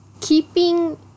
Keeping